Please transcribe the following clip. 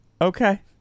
Okay